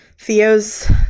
Theo's